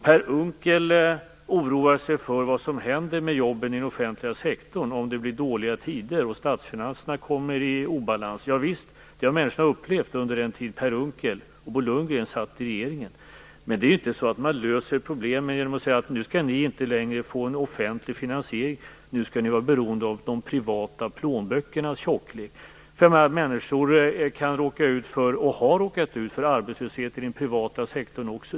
Per Unckel oroar sig för vad som händer med jobben inom den offentliga sektorn om det blir dåliga tider och statsfinanserna kommer i obalans. Ja visst, det har människorna upplevt under den tid Per Unckel och Bo Lundgren satt i regeringen. Men man löser ju inte problemen genom att säga att människorna inom denna sektor inte längre skall få en offentlig finansiering utan skall vara beroende av de privata plånböckernas tjocklek. Människor kan råka ut för, och har råkat ut för, arbetslöshet inom den privata sektorn också.